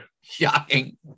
Shocking